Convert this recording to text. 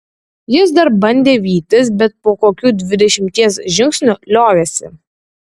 jis dar bandė vytis bet po kokių dvidešimties žingsnių liovėsi